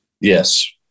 Yes